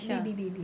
baby baby